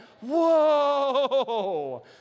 whoa